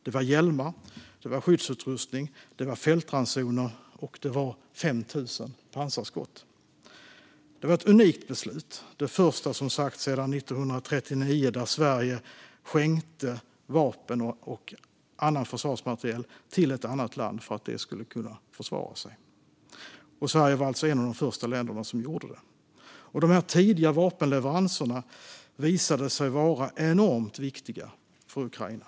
Det var hjälmar, det var skyddsutrustning, det var fältransoner och det var 5 000 pansarskott. Det var ett unikt beslut, som sagt det första sedan 1939, där Sverige skänkte vapen och annan försvarsmateriel till ett annat land för att det skulle kunna försvara sig. Sverige var alltså ett av de första länderna som gjorde det. Dessa tidiga vapenleveranser visade sig vara enormt viktiga för Ukraina.